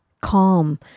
calm